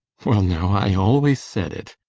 well now, i always said it,